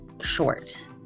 short